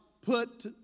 put